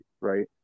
Right